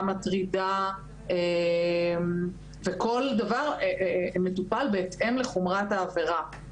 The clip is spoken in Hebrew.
מטרידה וכל דבר מטופל בהתאם לחומרת העבירה.